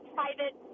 private